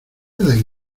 adán